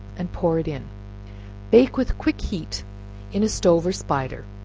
and pour it in bake with quick heat in a stove or spider,